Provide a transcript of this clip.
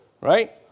right